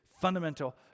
fundamental